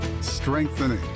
strengthening